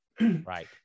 right